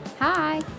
Hi